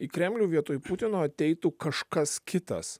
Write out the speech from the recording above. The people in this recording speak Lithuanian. į kremlių vietoj putino ateitų kažkas kitas